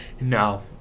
No